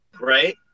Right